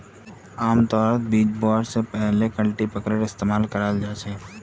आमतौरत बीज बोवा स पहले कल्टीपैकरेर इस्तमाल कराल जा छेक